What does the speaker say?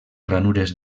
ranures